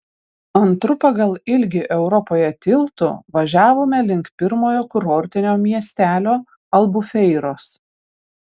antru pagal ilgį europoje tiltu važiavome link pirmojo kurortinio miestelio albufeiros